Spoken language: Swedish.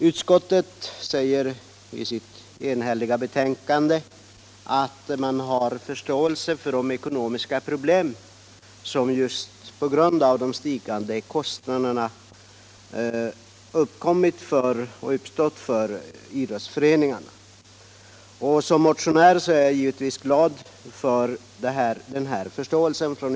Utskottet skriver i sitt enhälliga betänkande att det har förståelse för de ekonomiska problem som uppstått för idrottsföreningarna på grund av de ökade resekostnaderna. Som motionär är jag naturligtvis glad över utskottets förståelse.